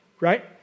right